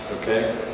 Okay